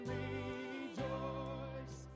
rejoice